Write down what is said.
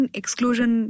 exclusion